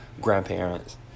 grandparents